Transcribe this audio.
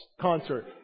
concert